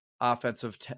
offensive